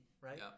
right